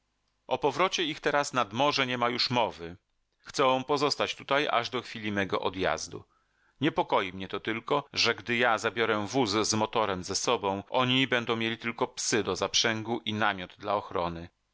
o powrocie ich teraz nad morze niema już mowy chcą pozostać tutaj aż do chwili mego odjazdu niepokoi mnie to tylko że gdy ja zabiorę wóz z motorem ze sobą oni będą mieli tylko psy do zaprzęgu i namiot dla ochrony